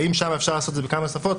האם שם אפשר לעשות את זה בכמה שפות?